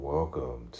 Welcome